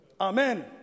Amen